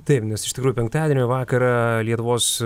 taip nes iš tikrųjų penktadienio vakarą lietuvos